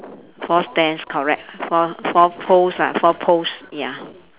four stands correct four four poles ah four poles ya